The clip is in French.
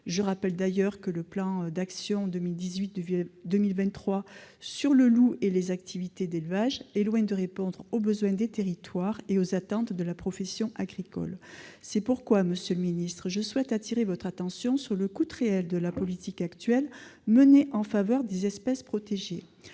Je rappelle d'ailleurs que le plan national d'action 2018-2023 sur le loup et les activités d'élevage est loin de répondre aux besoins des territoires et aux attentes de la profession agricole. C'est pourquoi je souhaite attirer votre attention, monsieur le ministre, sur le coût réel de la politique actuellement menée en faveur des espèces protégées.